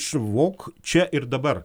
švok čia ir dabar